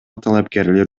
талапкерлер